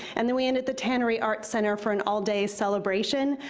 and then we end at the tannery arts center for an all-day celebration,